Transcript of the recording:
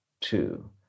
two